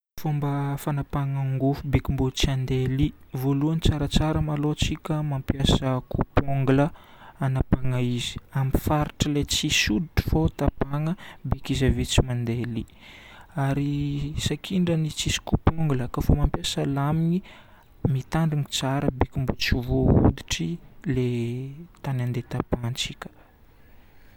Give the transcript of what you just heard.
Fomba fagnapahana angofo beky mba tsy handeha li. Voalohany tsaratsara maloha tsika mampiasa coupe-ongle agnapahana izy. Amin'ny faritr'ilay tsisy otry fô tapahagna beky izy ave tsy mandeha li ary sakindrana izy tsisy coupe-ongle koafa mampiasa lame mitandrina tsara mba tsy voa hoditry ilay tany handeha tapahantsika.